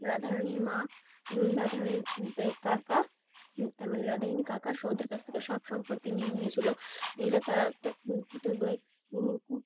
রাধারণীর মা রাধারানির কাকা তার মানে রাধারানীর কাকা ওদের কাছ থেকে সব সম্পত্তি নিয়ে নিয়েছিলো নিলে তারা একটা